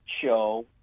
show